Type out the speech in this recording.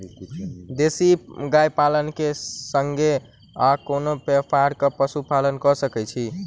देसी गाय पालन केँ संगे आ कोनों व्यापार वा पशुपालन कऽ सकैत छी?